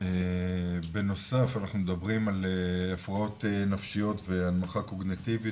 בנוסף אנחנו מדברים על הפרעות נפשיות והנמכה קוגניטיבית,